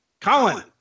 colin